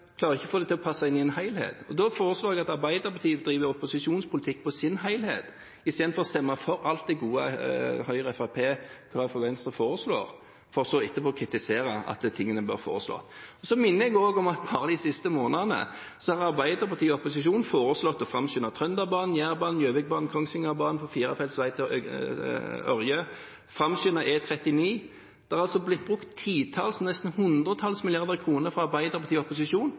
klarer likevel ikke å få det til å passe inn i en helhet. Da foreslår jeg at Arbeiderpartiet driver opposisjonspolitikk på sin helhet, i stedet for å stemme for alt det gode Høyre, Fremskrittspartiet, Kristelig Folkeparti og Venstre foreslår, for så etterpå å kritisere tingene vi foreslår. Så minner jeg om at bare de siste månedene har Arbeiderpartiet i opposisjon foreslått å framskynde Trønderbanen, Jærbanen, Gjøvikbanen, Kongsvingerbanen, firefelts vei til Ørje, og å framskynde E39. Det har altså blitt brukt titalls – ja, nesten hundretalls – milliarder kroner fra Arbeiderpartiet i opposisjon,